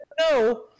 no